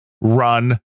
run